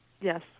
yes